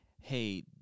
hey